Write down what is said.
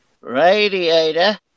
radiator